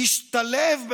"ישתלב",